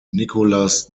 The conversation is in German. nicholas